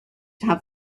have